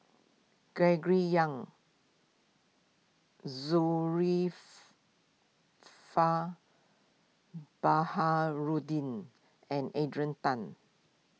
Gregory Yong Baharudin and Adrian Tan